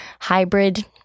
hybrid